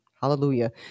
hallelujah